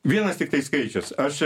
vienas tiktai skaičius aš